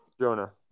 Jonah